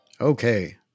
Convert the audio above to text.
Okay